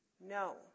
No